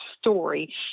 story